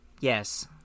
Yes